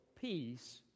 peace